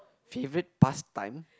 favourite pastime